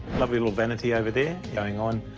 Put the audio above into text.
lovely little vanity over there going on.